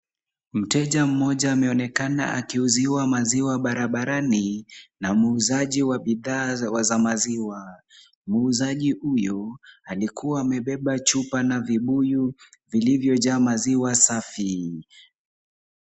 Mteja mmoja ameonekana akiuziwa maziwa barabarani na muuzaji wa bidhaa za maziwa. Muuzaji huyo alikua amebeba chupa na vibuyu vilivyojaa maziwa safi.